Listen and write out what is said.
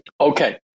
Okay